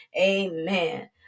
Amen